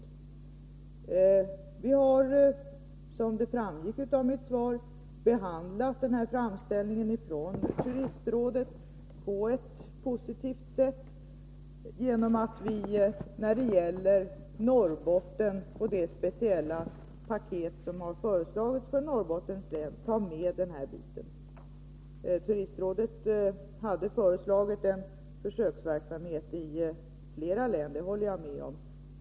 Som framgick av mitt svar har vi behandlat framställningen från turistrådet på ett positivt sätt genom att i det speciella paket som föreslagits för Norrbotten ta med den här biten. Turistrådet hade föreslagit en försöksverksamhet i flera län — det är riktigt.